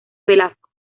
velasco